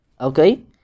Okay